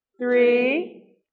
three